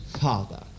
father